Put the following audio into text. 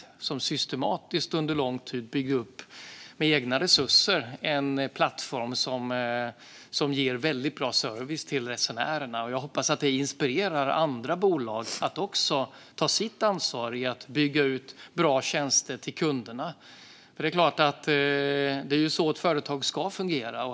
De har systematiskt under lång tid med egna resurser byggt upp en plattform som ger väldigt bra service till resenärerna. Jag hoppas att det inspirerar andra bolag att också ta sitt ansvar i att bygga ut bra tjänster till kunderna. Det är så ett företag ska fungera.